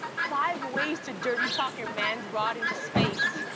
five ways to dirty talk your man's rod into space.